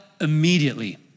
immediately